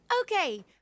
Okay